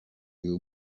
you